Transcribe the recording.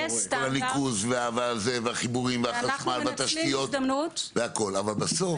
הניקוז והחיבורים והחשמל והתשתיות אבל בסוף,